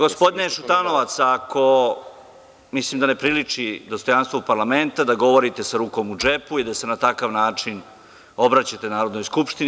Gospodine Šutanovac, mislim da ne priliči dostojanstvu parlamenta, da govorite sa rukom u džepu i da se na takav način obraćate Narodnoj skupštini.